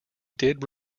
did